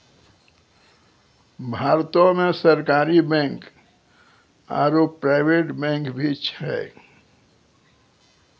भारतो मे सरकारी बैंक आरो प्राइवेट बैंक भी छै